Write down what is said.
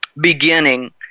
beginning